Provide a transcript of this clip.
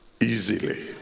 easily